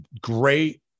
Great